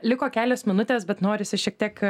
liko kelios minutės bet norisi šiek tiek